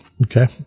Okay